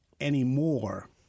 anymore